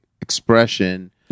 expression